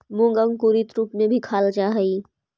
मूंग अंकुरित रूप में भी खाल जा हइ